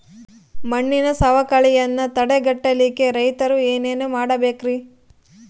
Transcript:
ಮಣ್ಣಿನ ಸವಕಳಿಯನ್ನ ತಡೆಗಟ್ಟಲಿಕ್ಕೆ ರೈತರು ಏನೇನು ಮಾಡಬೇಕರಿ?